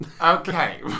Okay